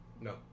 No